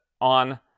on